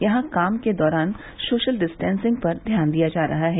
यहां काम के दौरान सोशल डिस्टेंसिंग पर ध्यान दिया जा रहा है